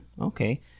Okay